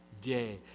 day